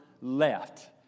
left